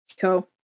Cool